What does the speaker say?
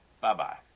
Bye-bye